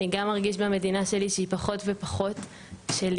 אני גם מרגיש במדינה שלי שהיא פחות ופחות שלי".